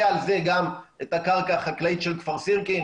ועל זה גם את הקרקע החקלאית של כפר סירקין?